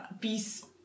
peace